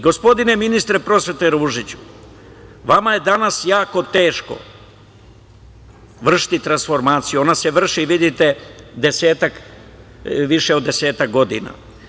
Gospodine ministre prosvete, gospodine Ružiću, vama je danas jako teško vršiti transformaciju, ona se vrši, vidite, više od desetak godina.